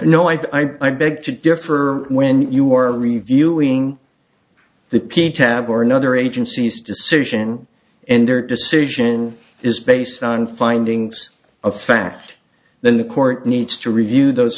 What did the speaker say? know i i beg to differ when you are reviewing the p tab or another agency's decision and their decision is based on finding of fact then the court needs to review those